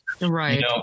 Right